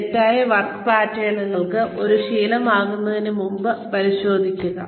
തെറ്റായ വർക്ക് പാറ്റേണുകൾ ഒരു ശീലമാകുന്നതിന് മുമ്പ് പരിശോധിക്കുക